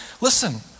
Listen